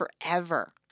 forever